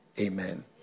Amen